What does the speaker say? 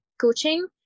coaching